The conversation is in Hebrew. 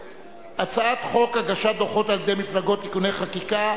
הצעת חוק הגשת דוחות על-ידי מפלגות (תיקוני חקיקה),